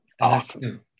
Awesome